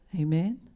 ...amen